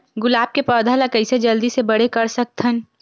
गुलाब के पौधा ल कइसे जल्दी से बड़े कर सकथन?